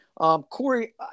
Corey